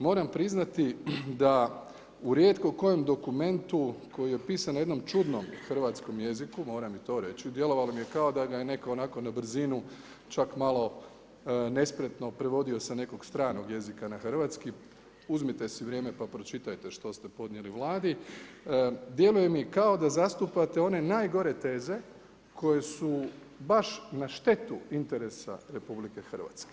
Moram priznati da u rijetko kojem dokumentu koji pisan na jednom čudnom hrvatskom jeziku, moram i to reći, djelovalo mi je kao da ga je netko onako na brzinu čak malo nespretno prevodio sa nekog stranog jezika na hrvatski, uzmite si vrijeme pa pročitajte što ste podnijeli Vladi, djeluje mi kao da zastupate one najgore teze koje su baš na štetu interesa RH.